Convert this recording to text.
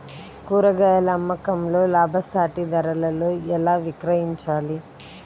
కూరగాయాల అమ్మకంలో లాభసాటి ధరలలో ఎలా విక్రయించాలి?